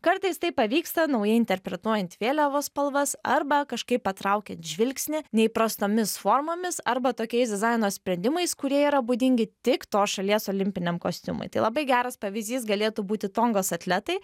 kartais tai pavyksta naujai interpretuojant vėliavos spalvas arba kažkaip patraukiant žvilgsnį neįprastomis formomis arba tokiais dizaino sprendimais kurie yra būdingi tik tos šalies olimpiniam kostiumui tai labai geras pavyzdys galėtų būti tongos atletai